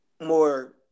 more